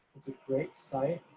it's a great site,